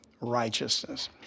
righteousness